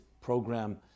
program